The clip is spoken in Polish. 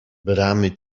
bramy